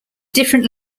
different